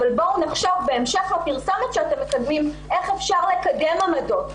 אבל בואו נחשוב בהמשך הפרסומת שאתם מקדמים איך אפשר לקדם עמדות.